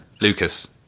Lucas